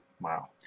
wow